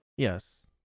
Yes